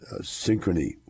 Synchrony